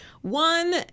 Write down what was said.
One